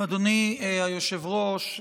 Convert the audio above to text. אדוני היושב-ראש,